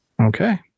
Okay